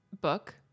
book